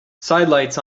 sidelights